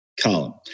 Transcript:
column